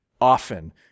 often